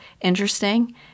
interesting